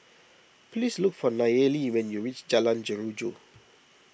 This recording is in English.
please look for Nayeli when you reach Jalan Jeruju